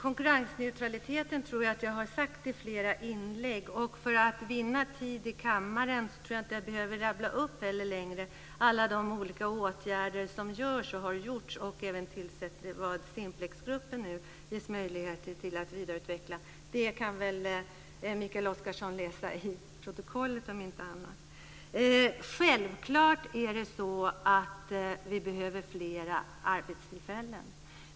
Fru talman! Jag har talat om konkurrensneutraliteten i flera inlägg. För att vinna tid i kammaren tror jag inte att jag längre behöver rabbla upp alla de olika åtgärder som görs och har gjorts och även vad Simplexgruppen nu ges möjligheter att vidareutveckla. Det kan Mikael Oscarsson läsa i protokollet om inte annat. Självklart behöver vi flera arbetstillfällen.